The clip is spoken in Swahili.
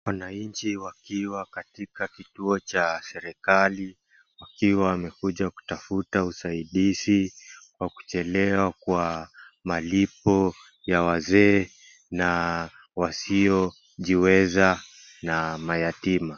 Wananchi wakiwa katika kituo cha serikali wakiwa wamekuja kutafuta usaidizi wa kuchelewa kwa malipo ya wazee na wasio jiweza na mayatima.